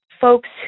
folks